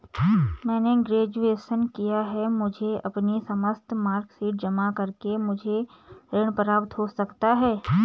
मैंने ग्रेजुएशन किया है मुझे अपनी समस्त मार्कशीट जमा करके मुझे ऋण प्राप्त हो सकता है?